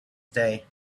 day